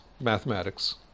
mathematics